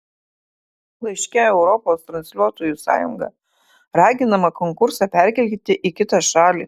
laiške europos transliuotojų sąjunga raginama konkursą perkelti į kitą šalį